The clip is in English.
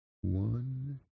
One